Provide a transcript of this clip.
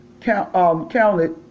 counted